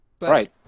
Right